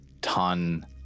ton